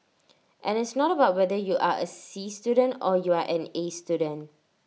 and it's not about whether you are A C student or you are an A student